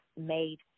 made